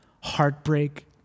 heartbreak